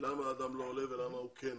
למה האדם עולה או כן עולה.